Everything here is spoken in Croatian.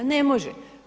Ne može!